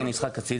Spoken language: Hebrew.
זה נדחק הצידה.